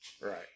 Right